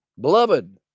beloved